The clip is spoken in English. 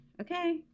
Okay